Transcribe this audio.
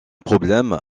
problème